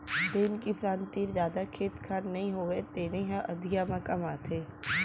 जेन किसान तीर जादा खेत खार नइ होवय तेने ह अधिया म कमाथे